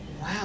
Wow